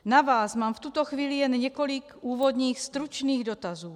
Na vás mám v tuto chvíli jen několik úvodních stručných dotazů.